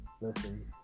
Listen